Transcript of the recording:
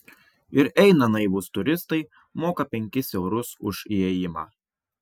ir eina naivūs turistai moka penkis eurus už įėjimą